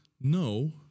no